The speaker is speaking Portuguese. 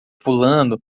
pulando